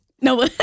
no